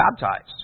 baptized